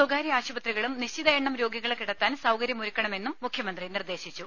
സ്വകാര്യ ആശുപത്രികളും നിശ്ചിത എണ്ണം രോഗികളെ കിടത്താൻ സൌകരൃമൊരുക്കണമെന്നും മുഖൃമന്ത്രി നിർദേശിച്ചു